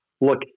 look